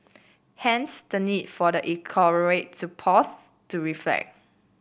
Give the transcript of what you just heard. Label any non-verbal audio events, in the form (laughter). hence the need for the (unintelligible) to pause to reflect